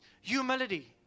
humility